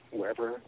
wherever